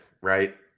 right